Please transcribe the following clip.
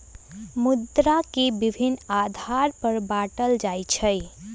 मुद्रा के विभिन्न आधार पर बाटल जाइ छइ